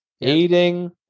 eating